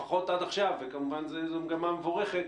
לפחות עד עכשיו וזאת כמובן מגמה מבורכת,